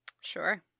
Sure